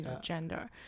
gender